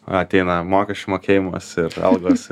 ateina mokesčių mokėjimas ir algos